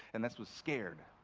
and this was scared.